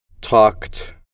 talked